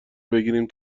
بگیریم